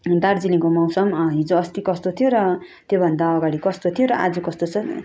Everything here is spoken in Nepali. दार्जिलिङको मौसम हिजो अस्ति कस्तो थियो र त्योभन्दा अगाडि कस्तो थियो र आज कस्तो छ